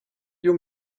you